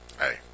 hey